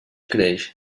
creix